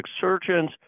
surgeons